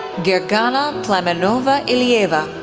guergana plamenova ilieva,